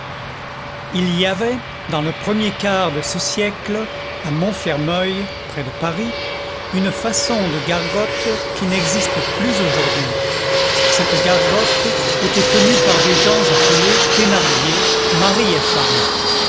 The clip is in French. il y avait dans le premier quart de ce siècle à montfermeil près de paris une façon de gargote qui n'existe plus aujourd'hui cette gargote était tenue par des gens appelés thénardier mari et femme